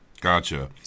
Gotcha